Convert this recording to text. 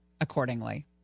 accordingly